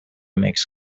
makes